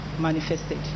manifested